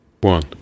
One